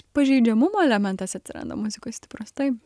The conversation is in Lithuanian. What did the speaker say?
pažeidžiamumo elementas atsiranda muzikos stiprus taip